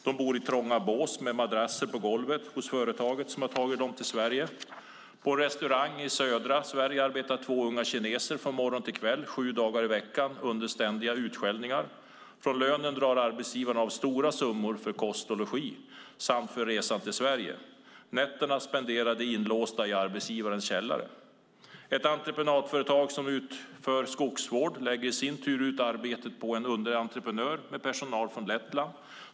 De bor i trånga bås med madrasser på golvet hos företaget som har tagit dem till Sverige. På en restaurang i södra Sverige arbetar två unga kineser från morgon till kväll sju dagar i veckan under ständiga utskällningar. Från lönen drar arbetsgivaren av stora summor för kost och logi samt för resan till Sverige. Nätterna spenderar de inlåsta i arbetsgivarens källare. Ett entreprenadföretag som utför skogsvård lägger i sin tur ut arbetet på en underentreprenör med personal från Lettland.